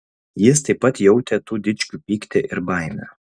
jis taip pat jautė tų dičkių pyktį ir baimę